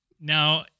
Now